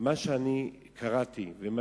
מי גונב את הספרים?